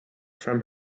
from